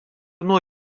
nuo